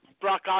Brock